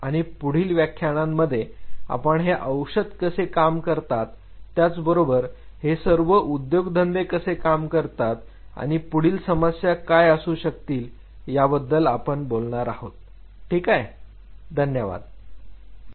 आणि पुढील व्याख्यानांमध्ये आपण हे औषध कसे काम करतात त्याचबरोबर हे सर्व उद्योग धंदे कसे काम करतात आणि पुढील समस्या काय असू शकतील याबद्दल आपण बोलणार आहोत ठीक आहे